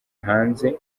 hanze